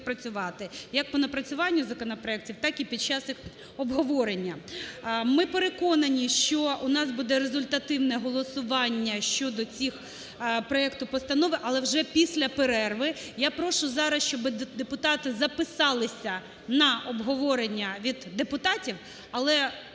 як по напрацюванню законопроектів, так і під час їх обговорення. Ми переконані, що у нас буде результативне голосування щодо цих, проекту постанови, але вже після перерви. Я прошу зараз, щоби депутати записалися на обговорення від депутатів. Але